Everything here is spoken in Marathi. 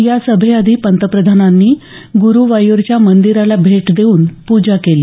या सभेआधी पंतप्रधानांनी ग्रुवायूरच्या मंदिराला भेट देऊन पूजा केली